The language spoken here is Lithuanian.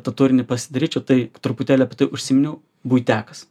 tą turinį pasidaryčiau tai truputėlį apie tai užsiminiau buitekas